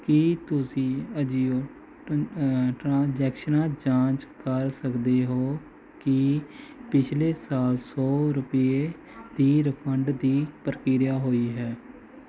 ਕੀ ਤੁਸੀਂ ਅਜੀਓ ਟ੍ਰਾਂਜ਼ੈਕਸ਼ਨਾਂ ਜਾਂਚ ਕਰ ਸਕਦੇ ਹੋ ਕਿ ਪਿਛਲੇ ਸਾਲ ਸੌ ਰੁਪਏ ਦੀ ਰਿਫੰਡ ਦੀ ਪ੍ਰਕਿਰਿਆ ਹੋਈ ਹੈ